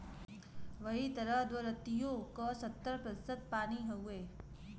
वही तरह द्धरतिओ का सत्तर प्रतिशत पानी हउए